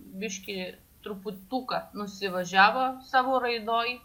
biškį truputuką nusivažiavo savo raidoj